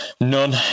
None